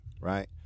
right